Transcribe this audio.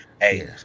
Hey